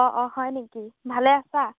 অঁ অঁ হয় নেকি ভালে আছা